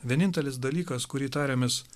vienintelis dalykas kurį tariamės